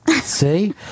See